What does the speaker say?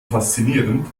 faszinierend